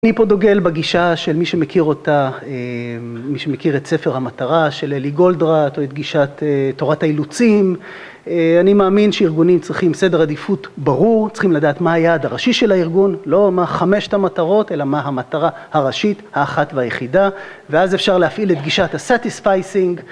אני פה דוגל בגישה של מי שמכיר אותה, מי שמכיר את ספר המטרה של אלי גולדראט או את גישת תורת האילוצים אני מאמין שארגונים צריכים סדר עדיפות ברור, צריכים לדעת מה היה הדרשי של הארגון לא מה חמשת המטרות, אלא מה המטרה הראשית, האחת והיחידה ואז אפשר להפעיל את גישת הסטטיספייסינג